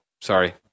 sorry